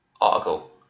article